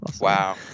Wow